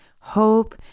hope